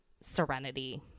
serenity